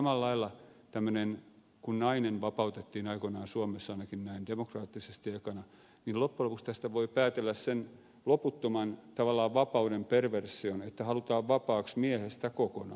samalla lailla kun nainen vapautettiin aikoinaan suomessa ainakin näin demokraattisesti ekana niin loppujen lopuksi tästä voi päätellä sen loputtoman tavallaan vapauden perversion että halutaan vapaaksi miehestä kokonaan